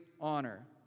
honor